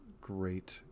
great